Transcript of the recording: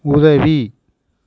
உதவி